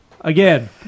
Again